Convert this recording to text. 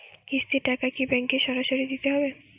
কিস্তির টাকা কি ব্যাঙ্কে সরাসরি দিতে হবে?